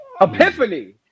Epiphany